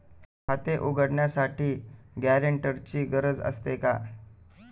खाते उघडण्यासाठी गॅरेंटरची गरज असते का?